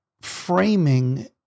framing